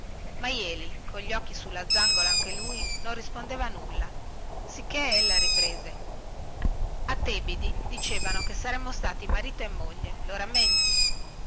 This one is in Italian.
ma jeli cogli occhi sulla zangola anche lui non rispondeva nulla ed ella riprese a tebidi dicevano che saremmo stati marito e moglie lo rammenti